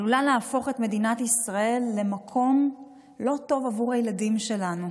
עלולה להפוך את מדינת ישראל למקום לא טוב עבור הילדים שלנו.